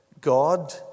God